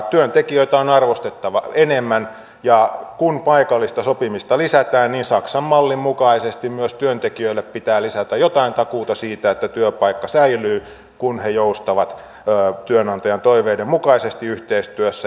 työntekijöitä on arvostettava enemmän ja kun paikallista sopimista lisätään niin saksan mallin mukaisesti myös työntekijöille pitää lisätä jotain takuuta siitä että työpaikka säilyy kun he joustavat työnantajan toiveiden mukaisesti yhteistyössä